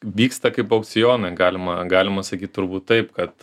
vyksta kaip aukcionai galima galima sakyt turbūt taip kad